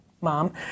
Mom